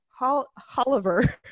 Holliver